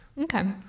Okay